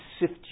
sift